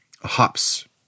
hops